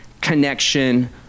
connection